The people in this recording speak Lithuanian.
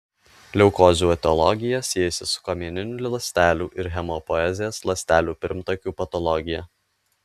leukozių etiologija siejasi su kamieninių ląstelių ir hemopoezės ląstelių pirmtakių patologija